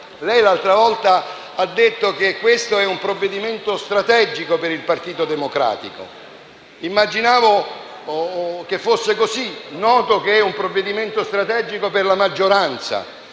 lei ha precedentemente detto che questo è un provvedimento strategico per il Partito Democratico. Immaginavo che fosse così. Noto che è un provvedimento strategico per la maggioranza,